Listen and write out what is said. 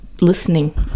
listening